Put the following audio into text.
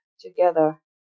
together